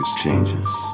changes